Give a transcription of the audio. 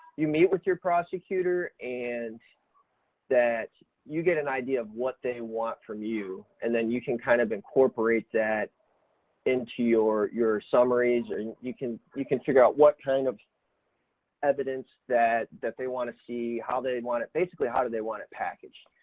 you meet with your prosecutor and that you get an idea of what they want from you. and then you can kind of incorporate that into your, your summaries and you can, you can figure out what kind of evidence that that they want to see, how they want it, basically how do they want it packaged.